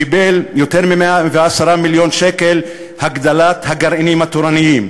קיבל יותר מ-110 מיליון שקל להגדלת הגרעינים התורניים.